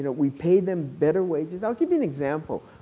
but we paid them better wages. i will give you an example.